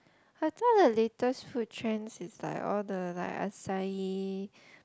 I thought the latest food trends is like all the like Asahi